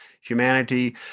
humanity